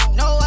no